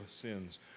sins